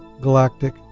galactic